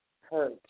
hurt